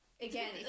again